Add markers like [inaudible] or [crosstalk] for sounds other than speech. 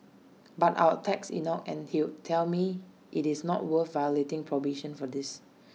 but I will text Enoch and he will tell me IT is not worth violating probation for this [noise]